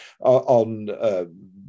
on